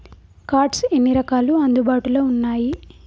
Cards ఎన్ని రకాలు అందుబాటులో ఉన్నయి?